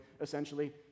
essentially